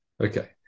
Okay